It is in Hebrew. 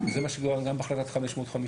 זה מה שמדובר גם בהחלטה 550,